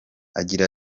agira